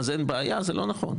אז אין בעיה זה לא נכון,